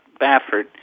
Baffert